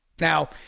Now